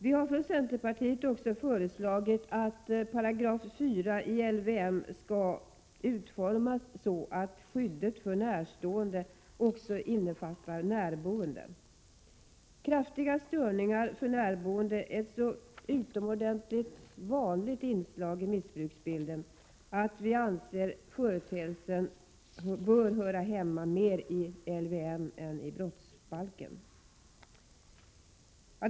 Vi från centerpartiet har också föreslagit att 4 § i LVM skall utformas så, att skyddet för närstående även innefattar närboende. Kraftiga störningar för närboende är ett så utomordentligt vanligt inslag i missbruksbilden att vi anser att företeelsen bör mera höra hemma i LVM än i brottsbalken.